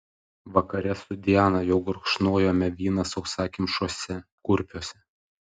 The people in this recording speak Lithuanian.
vakare su diana jau gurkšnojome vyną sausakimšuose kurpiuose